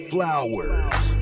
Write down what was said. Flowers